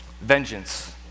Vengeance